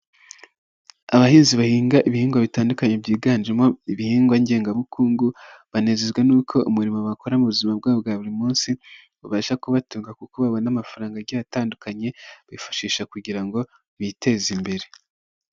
Abahinzi bahinga ibihingwa bitandukanye byiganjemo ibihingwa ngengabukungu, banezezwa n'uko umurimo bakora mu buzima bwabo bwa buri munsi, ubabasha kubatunga kuko babona amafaranga agiye atandukanye, bifashisha kugira ngo biteze imbere.